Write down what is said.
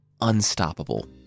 Unstoppable